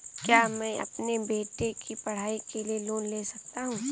क्या मैं अपने बेटे की पढ़ाई के लिए लोंन ले सकता हूं?